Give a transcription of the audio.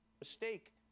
Mistake